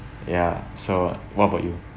ya so what about you